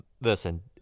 listen